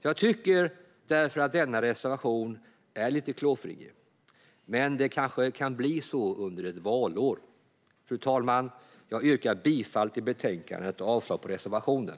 Jag tycker därför att denna reservation är lite klåfingrig, men det kanske kan bli så under ett valår. Fru talman! Jag yrkar bifall till utskottets förslag i betänkandet och avslag på reservationen.